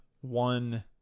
one